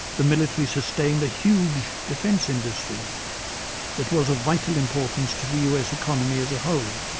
the military sustained a huge defence industry that was of vital importance to the us economy as a whole.